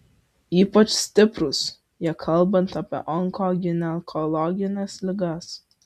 ypač stiprūs jie kalbant apie onkoginekologines ligas